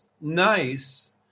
nice